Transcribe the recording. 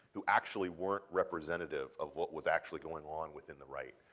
who actually weren't representative of what was actually going on within the right.